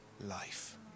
life